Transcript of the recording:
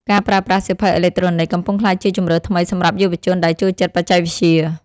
ការប្រើប្រាស់ សៀវភៅអេឡិចត្រូនិក កំពុងក្លាយជាជម្រើសថ្មីសម្រាប់យុវជនដែលចូលចិត្តបច្ចេកវិទ្យា។